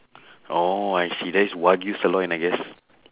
oh I see that's wagyu sirloin I guess